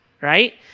right